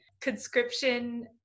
conscription